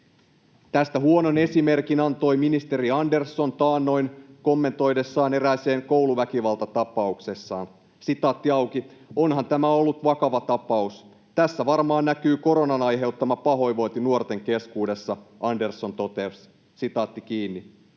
Tästä huonon esimerkin antoi ministeri Andersson taannoin kommentoidessaan erästä kouluväkivaltatapausta: ”Onhan tämä ollut vakava tapaus. Tässä varmaan näkyy koronan aiheuttama pahoinvointi nuorten keskuudessa”, Andersson totesi. Korona ei